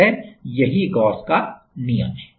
अतः यही गॉस का नियम है